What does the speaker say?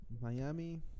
Miami